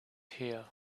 here